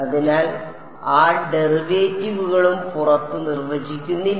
അതിനാൽ ആ ഡെറിവേറ്റീവുകളും പുറത്ത് നിർവചിക്കുന്നില്ല